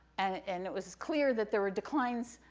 and it was clear that there were declines,